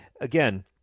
again